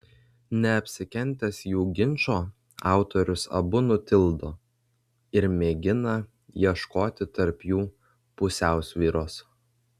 neapsikentęs jų ginčo autorius abu nutildo ir mėgina ieškoti tarp jų pusiausvyros